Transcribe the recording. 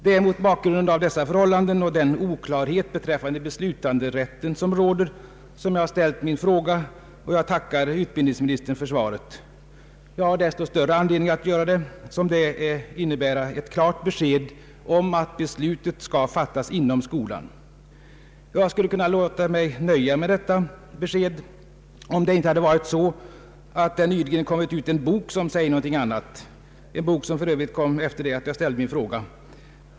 Det är mot bakgrund av dessa förhållanden och den oklarhet beträffande beslutsrätten som råder som jag har ställt min fråga, och jag tackar utbildningsministern för svaret. Jag har desto större anledning att göra det som det innebär ett klart besked om att beslutet skall fattas inom skolan. Jag skulle låta mig nöja med detta besked, om det inte nyligen utkommit en bok som säger någonting annat. Boken, som heter ”Barnteater — en klassfråga”, har för övrigt kommit efter det att jag ställde min fråga.